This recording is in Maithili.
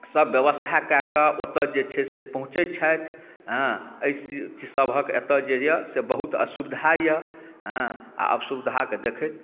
सब बेवस्था कए कऽ ओतऽ जे छै से पहुँचै छैथ हँ अइ सबहक एतऽ जे यऽ से बहुत असुविधा यऽ हँ आ असुविधा कऽ देखैत